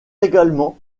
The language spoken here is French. également